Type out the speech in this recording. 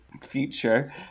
future